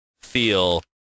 feel